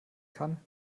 kann